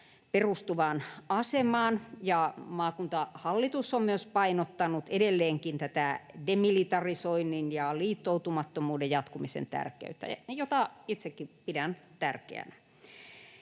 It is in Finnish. perustuvaan asemaan, ja maakuntahallitus on myös painottanut edelleenkin tätä demilitarisoinnin ja liittoutumattomuuden jatkumisen tärkeyttä, jota itsekin pidän tärkeänä.